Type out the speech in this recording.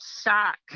shock